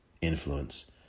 influence